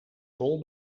tol